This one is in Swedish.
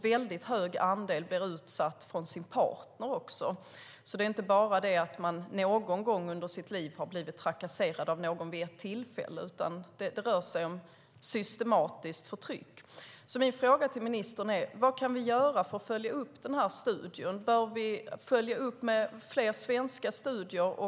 En hög andel blir utsatt av sin partner. Det är inte bara fråga om att man någon gång under sitt liv har blivit trakasserad av någon vid ett tillfälle, utan det rör sig om systematiskt förtryck. Vad kan vi göra för att följa upp studien? Bör vi följa upp med fler svenska studier?